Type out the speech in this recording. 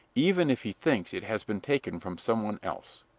even if he thinks it has been taken from some one else.